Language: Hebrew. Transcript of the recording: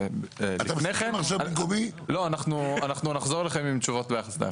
אנחנו נחזור אליכם עם תשובות להסדרה.